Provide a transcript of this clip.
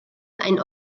ein